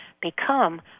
become